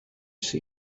see